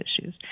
issues